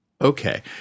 Okay